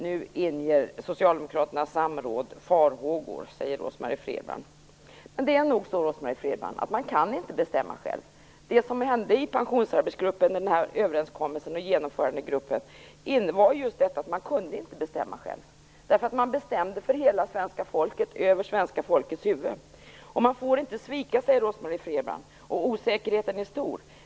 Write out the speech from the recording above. Nu inger Socialdemokraternas samråd farhågor, säger Rose-Marie Frebran. Det är nog så, Rose-Marie Frebran, att man inte kan bestämma själv. Den överenskommelse som träffades i pensionsarbetsgruppen och genomförandegruppen var just detta med att man inte kunde bestämma själv. Man bestämde ju för hela svenska folket över svenska folkets huvuden. Man får inte svika, säger Rose-Marie Frebran, och osäkerheten är stor.